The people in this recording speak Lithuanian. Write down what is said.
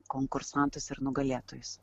konkursantus ir nugalėtojus